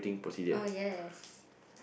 oh yes